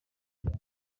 cyane